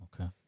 Okay